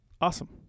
awesome